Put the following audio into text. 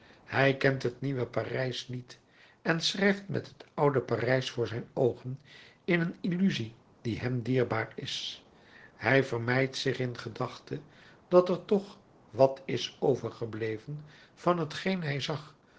hij kent het nieuwe parijs niet en schrijft met het oude parijs voor zijn oogen in een illusie die hem dierbaar is hij vermeidt zich in gedachte dat er toch wat is overgebleven van t geen hij zag